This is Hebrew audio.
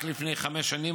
רק לפני חמש שנים,